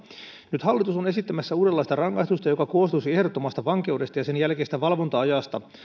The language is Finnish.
nyt hallitus on esittämässä uudenlaista rangaistusta joka koostuisi ehdottomasta vankeudesta ja sen jälkeisestä valvonta ajasta